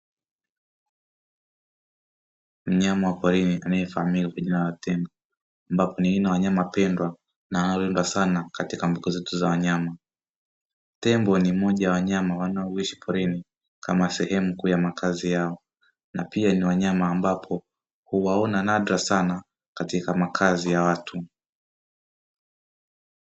Mnyama wa porini anaefahamika kwa jina la tembo, ambapo ni aina ya wanyama pendwa na anaelindwa sana katika mbunga zote za wanyama. Tembo ni mmoja wa wanyama wanaoishi porini kama sehemu kuu ya makazi yao na pia ni wanyama ambapo uwaona nadra sana katika makazi ya watu.